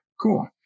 cool